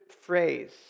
phrase